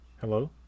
Hello